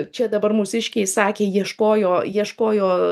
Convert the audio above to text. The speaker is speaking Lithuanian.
čia dabar mūsiškiai sakė ieškojo ieškojo